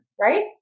right